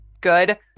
good